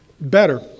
better